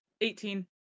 Eighteen